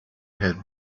had